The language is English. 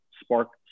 spark